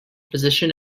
physician